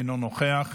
אינו נוכח,